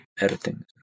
editing